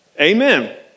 Amen